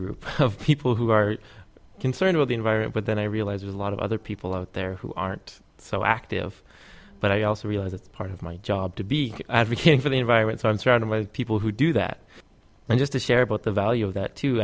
group of people who are concerned with the environment then i realize there's a lot of other people out there who aren't so active but i also realize it's part of my job to be advocating for the environment so i'm surrounded by people who do that just to share about the value of that to